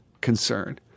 concern